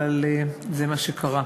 אבל זה מה שקרה.